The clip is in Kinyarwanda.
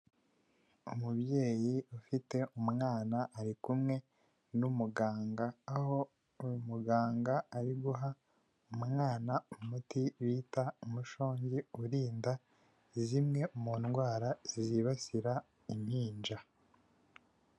Umubyeyi ufite umwana, ari kumwe n'umuganga, aho uyu muganga ari guha umwana umuti bita umushongi, urinda zimwe mu ndwara zibasira impinja.